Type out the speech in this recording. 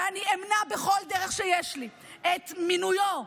ואני אמנע בכל דרך שיש לי את מינויו,